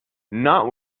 not